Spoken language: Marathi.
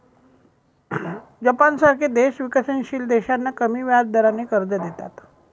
जपानसारखे देश विकसनशील देशांना कमी व्याजदराने कर्ज देतात